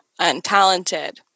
untalented